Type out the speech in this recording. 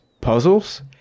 puzzles